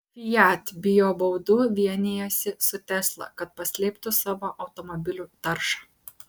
fiat bijo baudų vienijasi su tesla kad paslėptų savo automobilių taršą